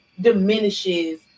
diminishes